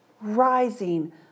rising